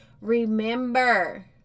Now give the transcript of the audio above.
Remember